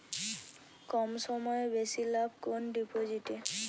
কম সময়ে বেশি লাভ কোন ডিপোজিটে?